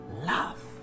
love